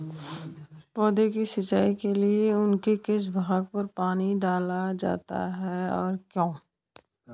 पौधों की सिंचाई के लिए उनके किस भाग पर पानी डाला जाता है और क्यों?